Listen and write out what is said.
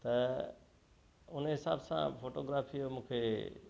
त हुन हिसाब सां फोटोग्राफ़ीअ जो मूंखे